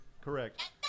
Correct